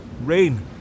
rain